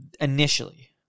initially